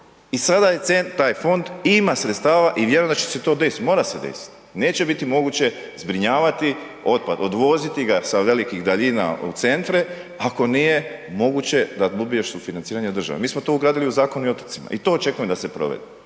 i sada taj fond ima sredstava i vjerujem da će se to desiti, mora se desiti, neće biti moguće zbrinjavati otpad, odvoziti ga sa velikih daljina u centre ako nije moguće da dobiješ sufinanciranje od države. Mi smo to ugradili u Zakon o otocima i to očekujem da se provede,